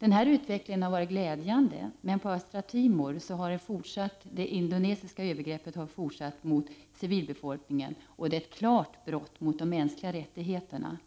Den här utvecklingen har varit glädjande, men på Östra Timor har det indonesiska övergreppet mot civilbefolkningen fortsatt. Det är ett klart brott mot de mänskliga rättigheterna.